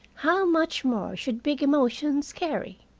how much more should big emotions carry?